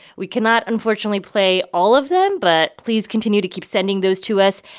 we cannot, unfortunately, play all of them, but please continue to keep sending those to us.